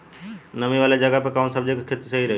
नामी वाले जगह पे कवन सब्जी के खेती सही होई?